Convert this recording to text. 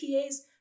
PAs